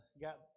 got